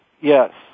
Yes